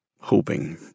hoping